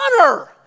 honor